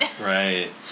Right